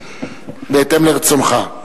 בהתאם לרצונך.